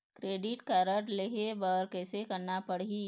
Credit card लेहे बर कैसे करना पड़ही?